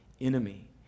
enemy